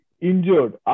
injured